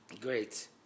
Great